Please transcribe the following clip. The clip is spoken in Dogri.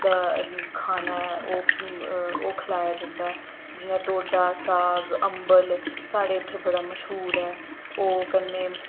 दा खाना ऐ ओह् ओह् खलाया जंदा ऐ जियां टोडा साग अम्बल साढ़े इत्थें बड़ा मश्हूर ऐ ओह् कन्नै